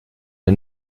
der